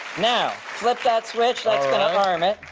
now, flip that switch. that's gonna arm it.